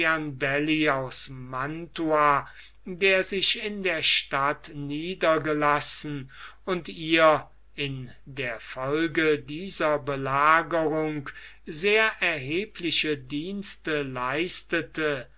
gianibelli aus mantua der sich in der stadt niedergelassen und ihr in der folge dieser belagerung sehr erhebliche dienste leistete